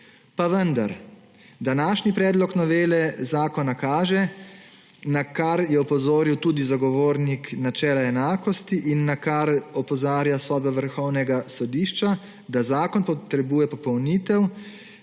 Pa vendar današnji predlog novele zakona kaže, na kar je opozoril tudi Zagovornik načela enakosti in na kar opozarja sodba Vrhovnega sodišča, da zakon potrebuje popolnitev,